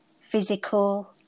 physical